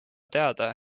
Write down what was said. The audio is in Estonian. teada